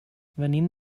venim